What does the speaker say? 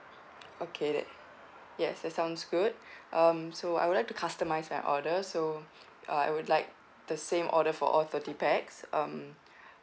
okay that yes that sounds good um so I would like to customise my order so uh I would like the same order for all thirty pax um